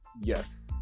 yes